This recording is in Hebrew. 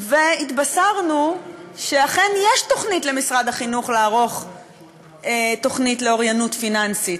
והתבשרנו שאכן יש תוכנית למשרד החינוך לערוך תוכנית לאוריינות פיננסית,